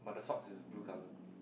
but the socks is blue colour